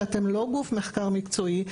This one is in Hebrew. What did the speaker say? שאתם לא גוף מחקר מקצועי,